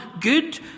good